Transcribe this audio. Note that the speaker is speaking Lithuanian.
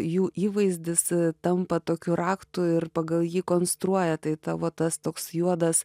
jų įvaizdis tampa tokiu raktu ir pagal jį konstruoja tai tavo tas toks juodas